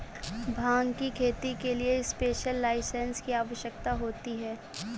भांग की खेती के लिए स्पेशल लाइसेंस की आवश्यकता होती है